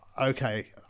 okay